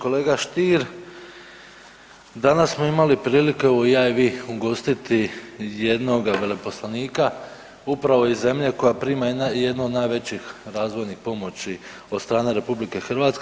Kolega Stier, danas smo imali prilike evo ja i vi ugostiti jednoga veleposlanika upravo iz zemlje koja prima jednu od najvećih razvojnih pomoći od strane RH.